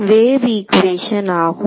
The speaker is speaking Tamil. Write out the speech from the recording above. வேவ் ஈகுவேஷன் ஆகும்